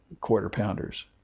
quarter-pounders